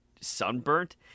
sunburnt